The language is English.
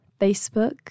Facebook